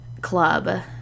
club